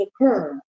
occur